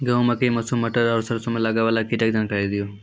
गेहूँ, मकई, मसूर, मटर आर सरसों मे लागै वाला कीटक जानकरी दियो?